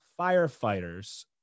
firefighters